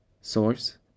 Source